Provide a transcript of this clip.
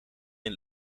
een